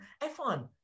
F1